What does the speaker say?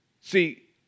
See